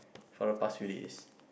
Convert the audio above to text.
for the past release